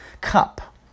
Cup